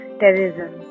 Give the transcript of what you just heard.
terrorism